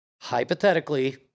Hypothetically